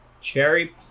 Cherry